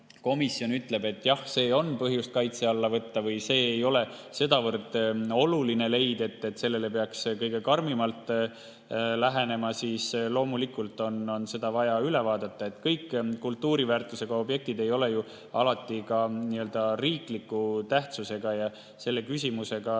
komisjon ütleb, et jah, seda on põhjust kaitse alla võtta või see ei ole sedavõrd oluline leid, et sellele peaks kõige karmimalt lähenema, siis loomulikult on see vaja üle vaadata. Kõik kultuuriväärtusega objektid ei ole ju alati riikliku tähtsusega. Selle küsimusega